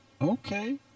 Okay